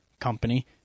company